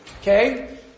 Okay